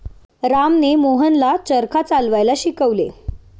रामने मोहनला चरखा चालवायला शिकवले